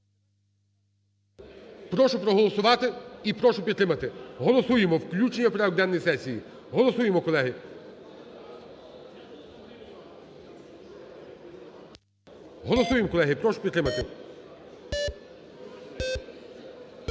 Прошу проголосувати і прошу підтримати. Голосуємо включення в порядок денний сесії, голосуємо, колеги. Голосуємо, колеги, прошу підтримати.